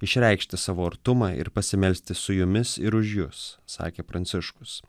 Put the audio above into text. išreikšti savo artumą ir pasimelsti su jumis ir už jus sakė pranciškus